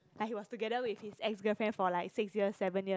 like he was together with his ex girlfriend for like six years seven years